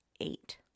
eight